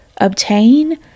obtain